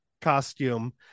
costume